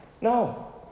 No